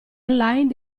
online